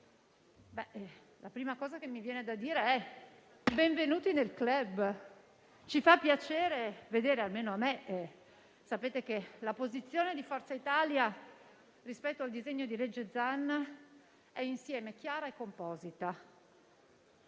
la prima cosa che mi viene da dire è benvenuti nel *club.* Questo ci fa piacere, almeno a me. Sapete che la posizione di Forza Italia rispetto al disegno di legge Zan è insieme chiara e composita.